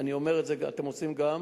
אני אומר שאתם עושים גם,